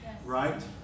Right